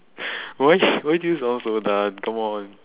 wh~ why do you sound so done come on